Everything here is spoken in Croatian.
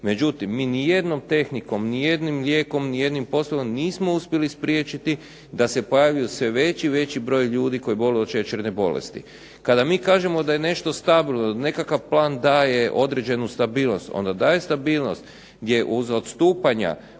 međutim mi nijednom tehnikom, nijednim lijekom, nijednim …/Ne razumije se./… nismo uspjeli spriječiti da se pojavljuje sve veći i veći broj ljudi koji boluje od šećerne bolesti. Kada mi kažemo da je nešto stabilno, nekakav plan daje određenu stabilnost onda daje stabilnost gdje uz odstupanja od